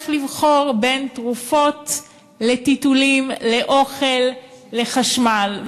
לבחור בין תרופות לטיטולים לאוכל לחשמל.